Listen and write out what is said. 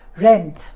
rent